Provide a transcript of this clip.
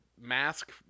mask